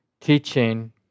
teaching